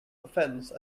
offense